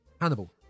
Hannibal